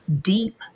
deep